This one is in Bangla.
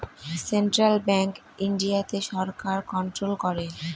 সেন্ট্রাল ব্যাঙ্ক ইন্ডিয়াতে সরকার কন্ট্রোল করে